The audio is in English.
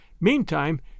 Meantime